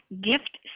gift